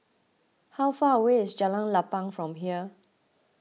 how far away is Jalan Lapang from here